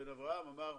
בן-אברהם, אמר: